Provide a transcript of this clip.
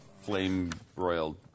flame-broiled